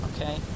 Okay